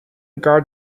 guard